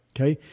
okay